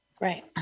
Right